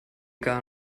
gar